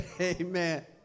Amen